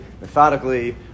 methodically